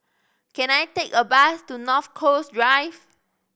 can I take a bus to North Coast Drive